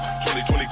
2020